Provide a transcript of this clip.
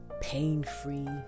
pain-free